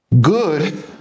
good